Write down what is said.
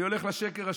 אני הולך לשקר השלישי.